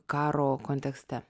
karo kontekste